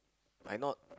I not